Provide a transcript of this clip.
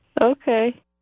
okay